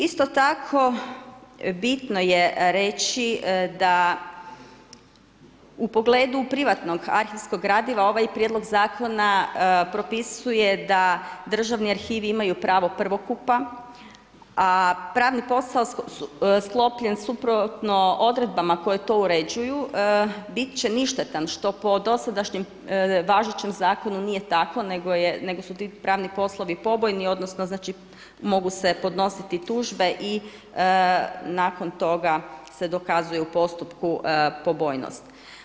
Isto tako bitno je reći da u pogledu privatnog arhivskog gradiva ovaj prijedlog zakona propisuje da državni arhivi imaju pravo prvokupa, a pravni posao sklopljen suprotno odredbama koje to uređuju bit će ništetan, što po dosadašnjem važećem zakonu nije tako nego su ti pravni poslovi … mogu se podnositi tužbe i nakon toga se dokazuje u postupku pobojnost.